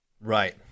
Right